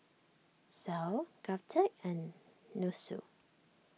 Sal Govtech and Nussu